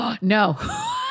No